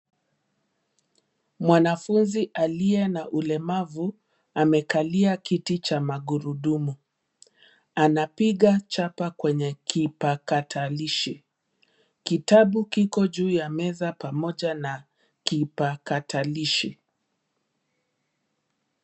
Mwanafunzi aliye na ulemavu amekalia kiti cha magurudumu. Anapiga chapa kwenye kipakatalishi. Kitabu kiko juu ya meza pamoja na kipakatalishi.